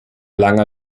langer